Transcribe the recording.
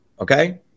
okay